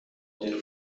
مدیر